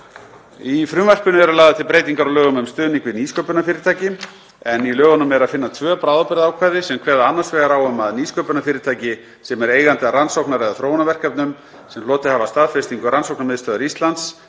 Í frumvarpinu eru lagðar til breytingar á lögum um stuðning við nýsköpunarfyrirtæki en í lögunum er að finna tvö bráðabirgðaákvæði sem kveða annars vegar á um að nýsköpunarfyrirtæki sem er eigandi að rannsóknar- eða þróunarverkefnum sem hlotið hafa staðfestingu Rannsóknarmiðstöðvar Íslands,